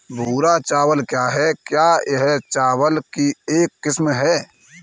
भूरा चावल क्या है? क्या यह चावल की एक किस्म है?